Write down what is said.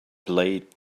blade